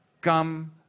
Come